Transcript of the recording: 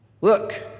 Look